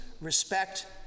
respect